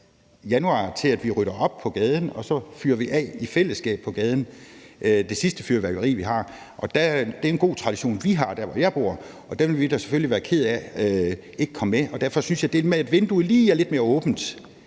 på at rydde op på gaden, og så fyrer vi i fællesskab, på gaden, det sidste fyrværkeri, vi har, af. Og det er en god tradition, vi har der, hvor jeg bor, og den ville vi da selvfølgelig være kede af ikke kom med. Derfor synes jeg, at det med, at vinduet lige er lidt mere åbent